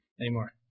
anymore